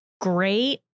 great